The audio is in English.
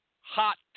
hot